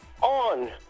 on